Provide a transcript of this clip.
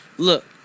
Look